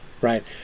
right